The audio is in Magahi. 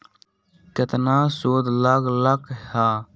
केतना सूद लग लक ह?